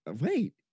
Wait